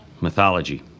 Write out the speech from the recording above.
Mythology